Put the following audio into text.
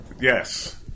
Yes